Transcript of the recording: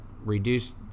reduce